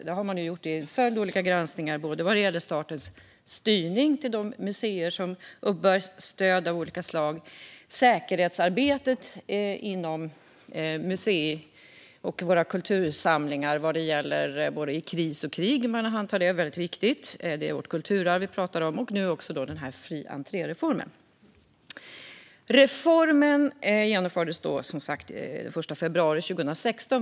Det har gjorts i en rad olika granskningar av både statens styrning av de museer som uppbär stöd av olika slag och säkerhetsarbetet inom våra museer och kultursamlingar vid kris eller krig. Det är mycket viktigt. Det är vårt kulturarv som vi talar om, och nu har också denna fri entré-reform granskats av Riksrevisionen. Reformen genomfördes den 1 februari 2016.